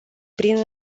prin